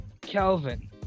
Kelvin